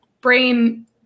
brain